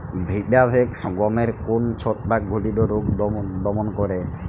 Vitavax গমের কোন ছত্রাক ঘটিত রোগ দমন করে?